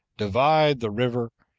divide the river,